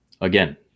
again